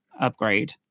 upgrade